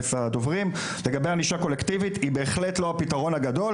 היא בהחלט לא הפתרון הגדול.